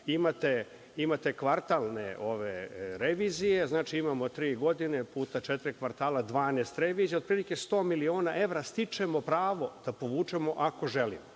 imate kvartalne revizije, znači tri godine puta četiri kvartala, 12 revizija, otprilike 100 miliona evra stičemo pravo da povučemo ako želimo.